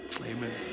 amen